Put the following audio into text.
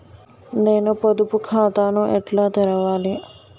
నేను పొదుపు ఖాతాను ఎట్లా తెరవాలి?